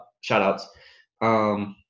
Shout-outs